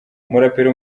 umuraperi